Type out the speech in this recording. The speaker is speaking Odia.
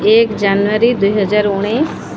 ଏକ ଜାନୁଆରୀ ଦୁଇ ହଜାର ଉଣେଇଶ